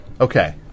Okay